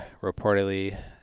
reportedly